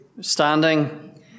standing